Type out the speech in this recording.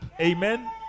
Amen